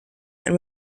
and